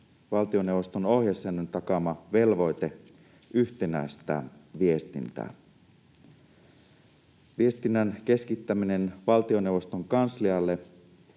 valtioneuvoston ohjesäännön takaama velvoite yhtenäistää viestintää. Viestinnän keskittäminen valtioneuvoston kanslialle